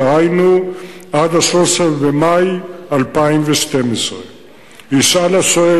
דהיינו עד ה-13 במאי 2012. ישאל השואל,